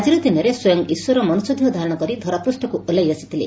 ଆଜିର ଦିନରେ ସ୍ୱୟଂ ଇଶ୍ୱର ମନୁଷ୍ୟ ଦେହ ଧାରଣ କରି ଧରାପୂଷକୁ ଓହ୍ଲାଇ ଆସିଥିଲେ